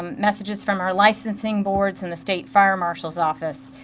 um messages from our licensing boards and the state fire marshal's office.